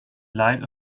light